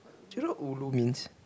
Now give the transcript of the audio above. you know ulu means